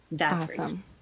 Awesome